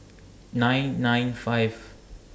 nine nine five